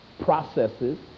processes